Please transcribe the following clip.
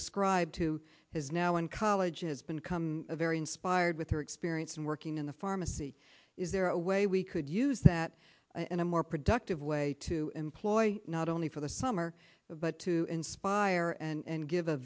describe to has now in college has been come a very inspired with her experience and working in the pharmacy is there a way we could use that in a more productive way to employ not only for the summer but to inspire and give a